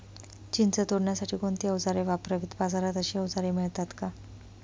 चिंच तोडण्यासाठी कोणती औजारे वापरावीत? बाजारात अशी औजारे मिळतात का?